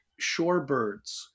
shorebirds